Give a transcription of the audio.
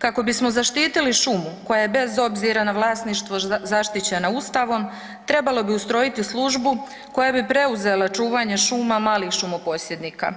Kako bismo zaštiti šumu koja je bez obzira na vlasništvo zaštićena Ustavom, trebalo bi ustrojiti službu koja bi preuzela čuvanje šuma malih šumoposjednika,